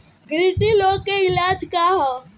गिल्टी रोग के इलाज का ह?